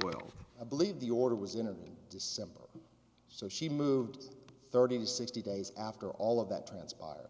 while i believe the order was in of december so she moved thirty to sixty days after all of that transpired